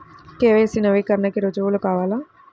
KYC నవీకరణకి రుజువు కావాలా?